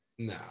No